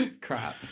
Crap